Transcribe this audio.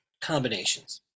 combinations